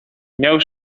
miał